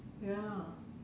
ya